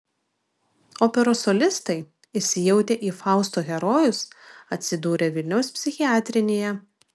operos solistai įsijautę į fausto herojus atsidūrė vilniaus psichiatrinėje